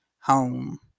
home